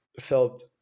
felt